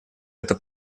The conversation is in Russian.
это